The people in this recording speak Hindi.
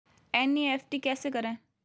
एन.ई.एफ.टी कैसे करें?